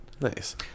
Nice